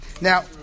Now